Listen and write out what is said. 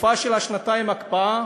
בתקופה של שנתיים הקפאה